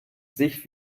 sich